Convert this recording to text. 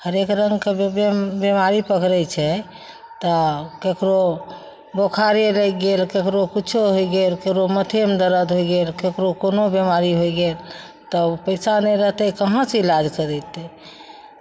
हरेक रङ्गके बे बिमारी पकड़ै छै तऽ ककरो बोखारे लागि गेल ककरो किछो होय गेल फेरो माथेमे दर्द होय गेल ककरो कोनो बिमारी होय गेल तऽ पैसा नहि रहतै कहाँसँ इलाज करयतै